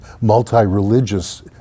multi-religious